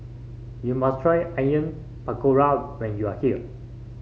you must try Onion Pakora when you are here